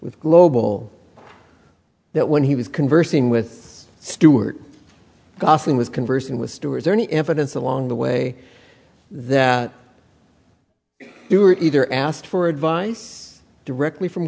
with global that when he was conversing with stuart gosling was conversing with store is there any evidence along the way that you were either asked for advice directly from